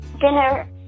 dinner